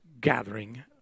gathering